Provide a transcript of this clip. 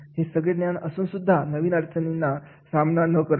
हे सगळे ज्ञान असून सुद्धा नवीन अडचणींचा सामना न करणे